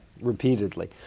repeatedly